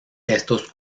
estos